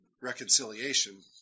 reconciliation